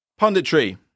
Punditry